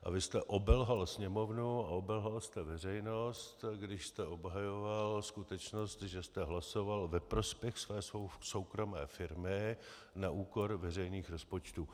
A vy jste obelhal Sněmovnu a obelhal jste veřejnost, když jste obhajoval skutečnost, že jste hlasoval ve prospěch své soukromé firmy na úkor veřejných rozpočtů.